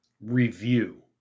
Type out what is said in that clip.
review